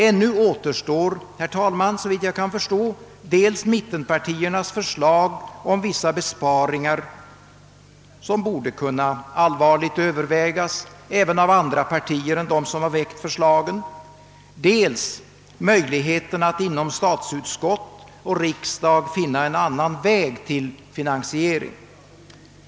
Herr talman, ännu återstår, såvitt jag kan förstå, dels mittenpartiernas förslag om vissa besparingar som borde kunna allvarligt övervägas även av andra partier än dem som har väckt förslagen, dels möjligheten att inom statsutskottet och riksdagen finna en annan väg till finansiering.